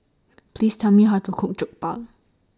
Please Tell Me How to Cook Jokbal